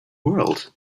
world